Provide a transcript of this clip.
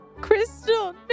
Crystal